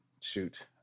shoot